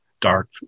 dark